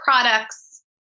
products